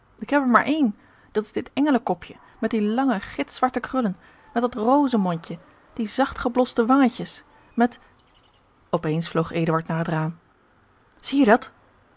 ik heb er maar één dat is dit engelenkopje met die lange gitzwarte krullen met dat rozenmondje die zachtgeblosde wangetjes met op eens vloog eduard naar het raam zie je dat